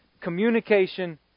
communication